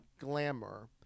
Glamour